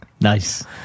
Nice